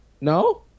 no